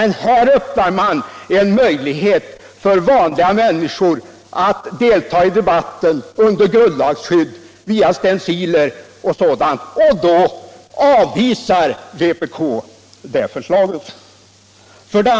Nu öppnar man en möjlighet för vanliga människor att delta i debatten under grundlagsskydd, via stenciler och liknande skrifter. Men det förslaget avvisar vpk.